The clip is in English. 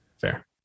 fair